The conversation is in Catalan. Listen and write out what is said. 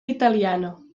italiana